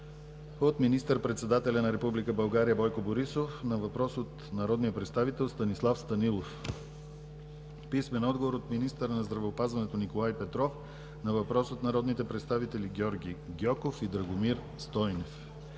от министър-председателя на Република България Бойко Борисов на въпрос от народния представител Станислав Станилов; – от министъра на здравеопазването Николай Петров на въпрос от народните представители Георги Гьоков и Драгомир Стойнев;